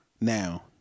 now